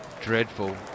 dreadful